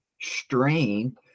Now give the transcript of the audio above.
strain